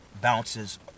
bounces